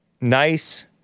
nice